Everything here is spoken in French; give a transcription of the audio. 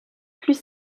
plus